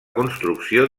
construcció